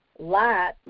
Light